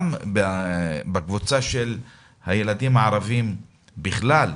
גם בקבוצה של הילדים הערבים בכלל,